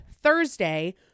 Thursday